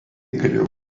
galėjo